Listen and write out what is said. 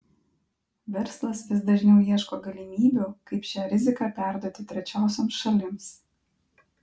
verslas vis dažniau ieško galimybių kaip šią riziką perduoti trečiosioms šalims